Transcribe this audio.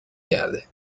کرده